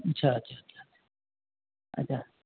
अच्छा अच्छा अच्छा अच्छा